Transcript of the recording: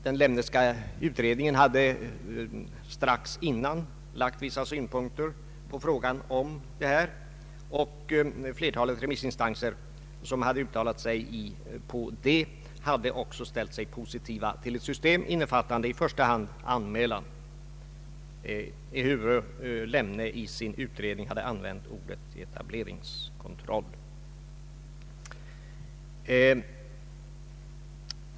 Den Lemneska utredningen hade strax dessförinnan anfört vissa synpunkter på denna fråga, och flertalet remissinstanser som uttalat sig hade också ställt sig positiva till ett system, innefattande i första hand anmälan, ehuru Lemne i sin utredning hade använt ordet etableringskontroll.